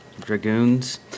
Dragoons